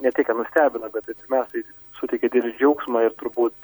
ne tai ką nustebino bet tai pirmiausiai suteikė didelį džiaugsmą ir turbūt